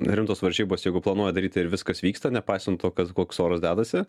rimtos varžybos jeigu planuoja daryti ir viskas vyksta nepaisant to koks oras dedasi